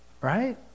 right